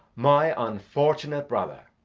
my unfortunate brother.